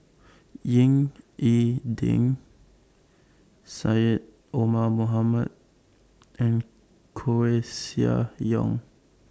Ying E Ding Syed Omar Mohamed and Koeh Sia Yong